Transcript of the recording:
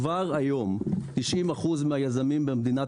כבר היום - 90 אחוזים מהיזמים במדינת